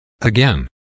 Again